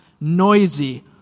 noisy